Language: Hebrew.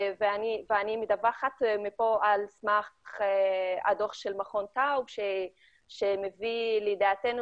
אני מדווחת פה על סמך הדוח של מכון טאוב שמביא לידיעתנו